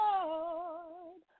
Lord